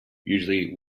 usually